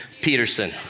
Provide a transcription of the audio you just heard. Peterson